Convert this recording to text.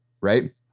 right